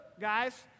guys